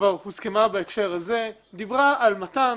וכבר הוסכמה בהקשר הזה, דיברה על מתן